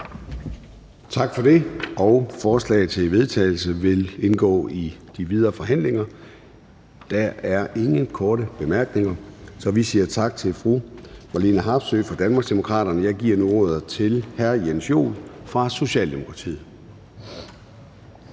Tak for det. Forslaget til vedtagelse vil indgå i de videre forhandlinger. Der er ingen korte bemærkninger, så vi siger tak til fru Marlene Harpsøe fra Danmarksdemokraterne. Jeg giver nu ordet til hr. Jens Joel fra Socialdemokratiet.